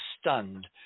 stunned